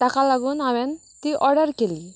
ताका लागून हांवेन ती ऑर्डर केली